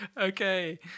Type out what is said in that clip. Okay